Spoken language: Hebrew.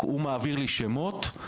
הוא מעביר לי שמות,